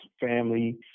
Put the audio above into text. family